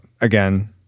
again